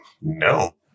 No